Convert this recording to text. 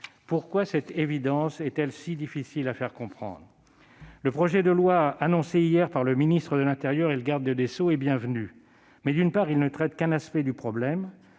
Pourquoi cette évidence est-elle si difficile à faire comprendre ? Le projet de loi annoncé hier par le ministre de l'intérieur et le garde des sceaux est bienvenu, mais, d'une part, il ne traite qu'un aspect du problème